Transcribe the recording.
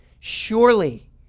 Surely